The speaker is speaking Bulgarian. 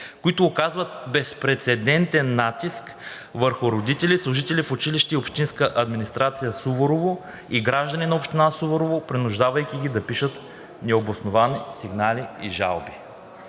които оказват безпрецедентен натиск върху родители и служители в училището и общинската администрация в Суворово и граждани на общината, принуждавайки ги да пишат необосновани сигнали и жалби.